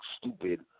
stupid